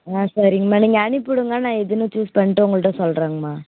ஆ சரிங்கம்மா நீங்கள் அனுப்பி விடுங்க நான் எதுன்னு சூஸ் பண்ணிட்டு உங்கள்கிட்ட சொல்கிறேங்கம்மா